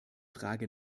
frage